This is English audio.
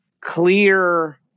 clear